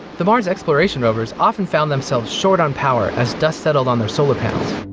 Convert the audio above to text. the martian exploration rovers often found themselves short on power as dust settled on their solar panels.